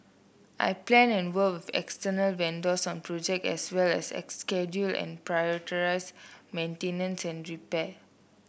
I plan and work external vendors on project as well as a schedule and prioritise maintenance and repair